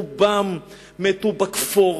רובם מתו בכפור,